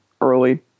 early